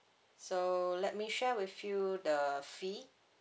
so let me share with you the fee